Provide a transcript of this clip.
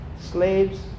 slaves